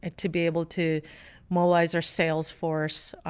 ah to be able to mobilize our sales force,